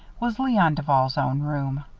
was leon duval's own room.